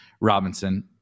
Robinson